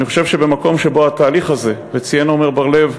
אני חושב שבמקום שבו התהליך הזה, וציין עמר בר-לב,